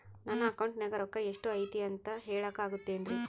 ನನ್ನ ಅಕೌಂಟಿನ್ಯಾಗ ರೊಕ್ಕ ಎಷ್ಟು ಐತಿ ಅಂತ ಹೇಳಕ ಆಗುತ್ತೆನ್ರಿ?